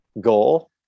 goal